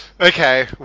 Okay